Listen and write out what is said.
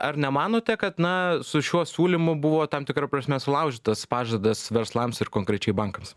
ar nemanote kad na su šiuo siūlymu buvo tam tikra prasme sulaužytas pažadas verslams ir konkrečiai bankams